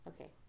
Okay